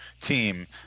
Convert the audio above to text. team